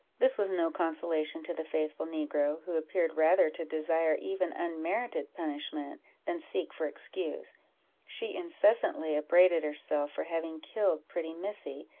this was no consolation to the faithful negro, who appeared rather to desire even unmerited punishment than seek for excuse she incessantly upbraided herself for having killed pretty missy,